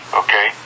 okay